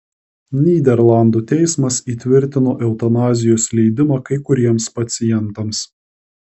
nyderlandų teismas įtvirtino eutanazijos leidimą kai kuriems pacientams